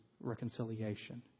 reconciliation